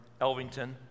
Elvington